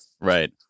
right